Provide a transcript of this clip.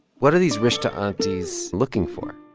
what are these rishta aunties looking for?